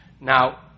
Now